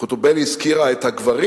חוטובלי הזכירה את הגברים.